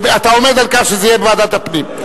אתה עומד על כך שזה יהיה בוועדת הפנים.